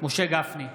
משה גפני,